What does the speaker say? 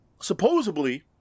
supposedly